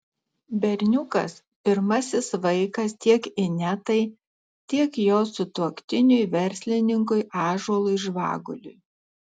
berniukas pirmasis vaikas tiek inetai tiek jos sutuoktiniui verslininkui ąžuolui žvaguliui